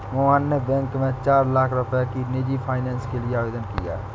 मोहन ने बैंक में चार लाख रुपए की निजी फ़ाइनेंस के लिए आवेदन किया है